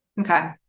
Okay